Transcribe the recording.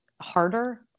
harder